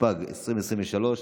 התשפ"ג 2023,